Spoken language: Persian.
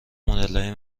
مدلای